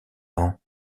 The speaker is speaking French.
ans